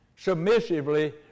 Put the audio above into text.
submissively